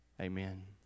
Amen